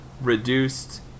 reduced